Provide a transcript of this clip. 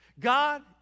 God